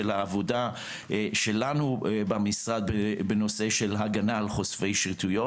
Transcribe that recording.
העבודה שלנו במשרד בנושא של הגנה על חושפי שחיתויות.